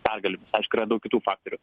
pergalėmis aišku yra daug kitų faktorių